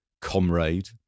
comrade